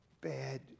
bad